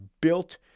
built